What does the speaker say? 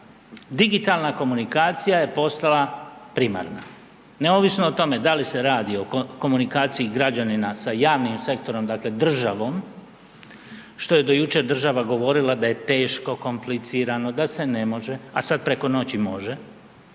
digitalna komunikacija je postala primarna neovisno o tome da li se radi o komunikaciji građanina sa javnim sektorom, dakle državom, što je do jučer država govorila da je teško, komplicirano, da se ne može, a sad preko noći može